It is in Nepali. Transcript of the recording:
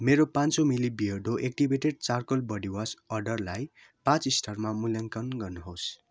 मेरो पाँच सौ milli Beardo activated charcoal body wash अर्डरलाई पाँच स्टारमा मूल्याङ्कन गर्नुहोस्